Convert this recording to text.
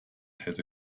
hätte